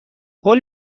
قول